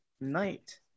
night